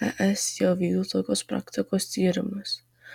es jau vykdo tokios praktikos tyrimus